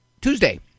Tuesday